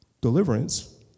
deliverance